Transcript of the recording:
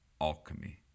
alchemy